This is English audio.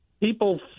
people